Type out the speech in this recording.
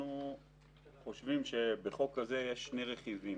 חושבים שבחוק כזה יש שני רכיבים.